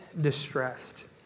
distressed